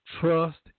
Trust